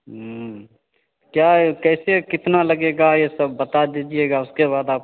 क्या कैसे कितना लगेगा यह सब बता दीजिएगा उसके बाद आप